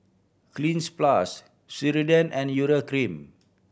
Cleanz Plus Ceradan and Urea Cream